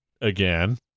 again